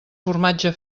formatge